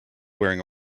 wearing